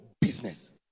business